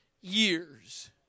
years